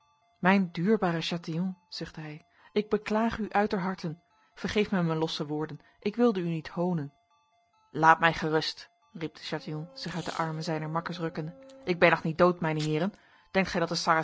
mijn duurbare chatillon zuchtte hij ik beklaag u uiterharten vergeef mij mijn losse woorden ik wilde u niet honen laat mij gerust riep de chatillon zich uit de armen zijner makkers rukkende ik ben nog niet dood mijne heren denkt gij dat